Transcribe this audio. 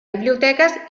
biblioteques